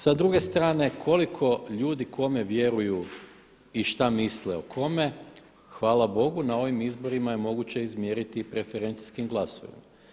Sa druge strane, koliko ljudi kome vjeruju i šta misle o kome, hvala Bogu na ovim izborima je moguće izmjeriti preferencijskim glasovima.